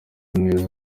mwiza